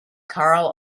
carl